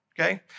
okay